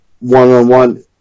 one-on-one